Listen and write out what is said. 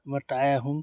Tai Ahom